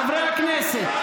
חברי הכנסת,